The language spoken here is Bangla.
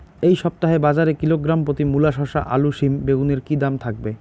এই সপ্তাহে বাজারে কিলোগ্রাম প্রতি মূলা শসা আলু সিম বেগুনের কী দাম থাকবে?